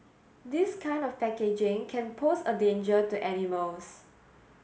this kind of packaging can pose a danger to animals